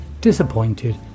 disappointed